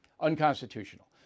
Unconstitutional